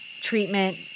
treatment